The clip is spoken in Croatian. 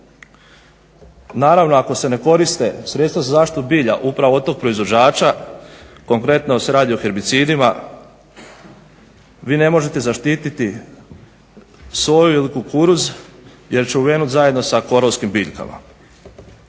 naravno ako se ne koriste sredstva za zaštitu bilja upravo od tog proizvođača konkretno se radi o herbicidima vi ne možete zaštiti soju ili kukuruz jer će uvenut zajedno sa korovskim biljkama.